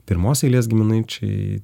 pirmos eilės giminaičiai